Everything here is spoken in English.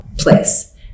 place